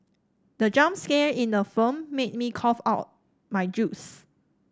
the jump scare in the film made me cough out my juice